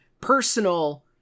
personal